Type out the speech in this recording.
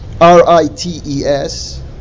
r-i-t-e-s